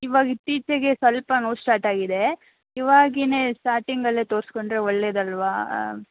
ಇವಾಗ ಇತ್ತೀಚೆಗೆ ಸ್ವಲ್ಪ ನೋವು ಸ್ಟಾರ್ಟ್ ಆಗಿದೆ ಇವಾಗಲೇ ಸ್ಟಾರ್ಟಿಂಗಲ್ಲೆ ತೋರಿಸ್ಕೊಂಡ್ರೆ ಒಳ್ಳೆಯದಲ್ವಾ